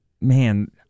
man